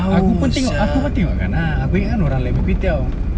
aku pun tengok aku pun tengok kan ah aku ingat orang lain punya kway teow